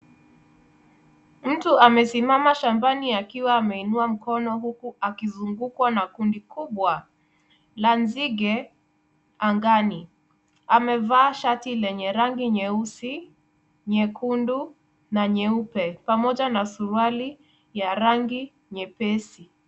Mtu amesimama shambani akiwa ameinua mkono huku akizungukwa na kundi kubwa la nzige angani. Amevaa shati lenye rangi nyeusi, nyekundu na nyeupe, pamoja na suruali ya rangi nyepesi.